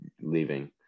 leaving